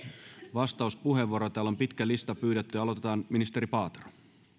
vastauspuheenvuoroja täällä on pitkä lista pyyntöjä aloitetaan ministeri paaterosta